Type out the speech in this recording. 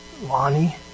Lonnie